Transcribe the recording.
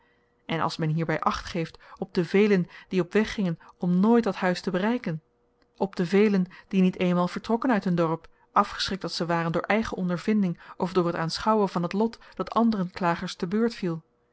en als men hierby acht geeft op de velen die op weg gingen om nooit dat huis te bereiken op de velen die niet eenmaal vertrokken uit hun dorp afgeschrikt als ze waren door eigen ondervinding of door t aanschouwen van het lot dat anderen klagers te beurt viel